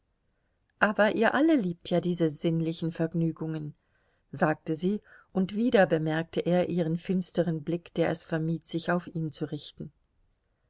aber ihr alle liebt ja diese sinnlichen vergnügungen sagte sie und wieder bemerkte er ihren finsteren blick der es vermied sich auf ihn zu richten